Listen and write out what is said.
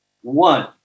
One